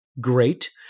Great